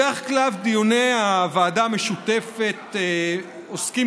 בדרך כלל דיוני הוועדה המשותפת עוסקים